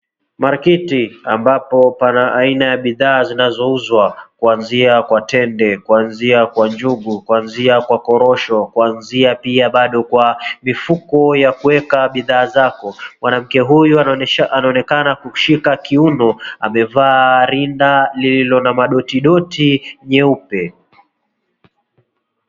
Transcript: Marikiti ambapo pana aina ya bidhaa zinazo uzwa kuanzia kwa tende, kuanzia kwa njugu, kuanzia kwa korosho, kuanzia pia bado kwa mifuko ya kuweka bidhaa zako. Mwanamke huyu anaonekana kushika kiuno amevaa rinda lililo na madotidoti nyeupe.